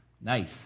Nice